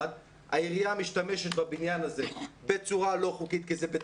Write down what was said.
העירייה משתמשת בבניין הזה בצורה לא חוקית כי זה בית